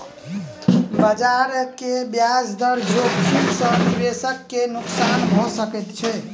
बजार के ब्याज दर जोखिम सॅ निवेशक के नुक्सान भ सकैत छै